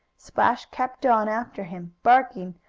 splash kept on after him, barking,